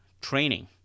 training